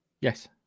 Yes